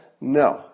No